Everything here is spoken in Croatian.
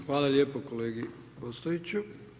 Hvala lijepo kolegi Ostojiću.